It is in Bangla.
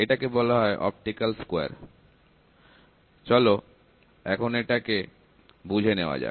এটাকে বলা হয় অপটিক্যাল স্কয়ার চলো এখন এটাকে বুঝে নেওয়া যাক